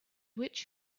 which